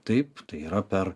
taip tai yra per